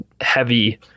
heavy